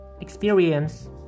experience